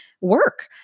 work